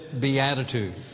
Beatitude